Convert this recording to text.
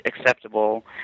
acceptable